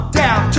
down